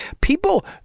people